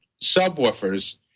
subwoofers